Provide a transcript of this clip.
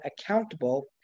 accountable